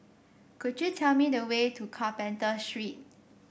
could you tell me the way to Carpenter Street